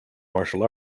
martial